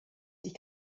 die